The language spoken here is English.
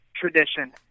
tradition